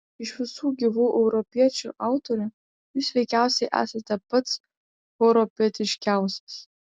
iš visų gyvų europiečių autorių jūs veikiausiai esate pats europietiškiausias